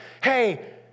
hey